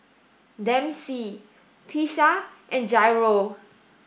Dempsey Tisha and Jairo